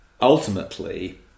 ultimately